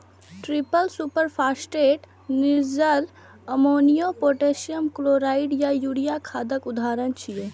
triple superphosphate, निर्जल ammonia, potassium chloride आ urea खादक उदाहरण छियै